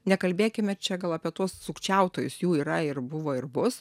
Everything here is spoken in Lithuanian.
nekalbėkime čia gal apie tuos sukčiautojus jų yra ir buvo ir bus